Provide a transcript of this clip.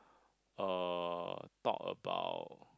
uh talk about